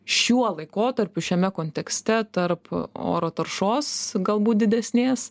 šiuo laikotarpiu šiame kontekste tarp oro taršos galbūt didesnės